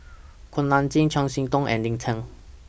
Kuak Nam Jin Chiam See Tong and Lin Chen